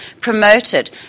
promoted